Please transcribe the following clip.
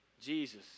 Jesus